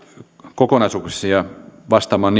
kokonaisuuksiin ja vastaamaan